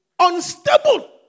Unstable